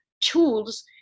tools